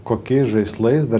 kokiais žaislais dar